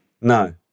No